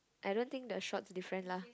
I don't think the shorts different lah